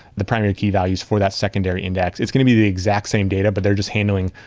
the primary key values for that secondary index. it's going to be the exact same data, but they're just handling,